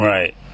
Right